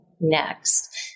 next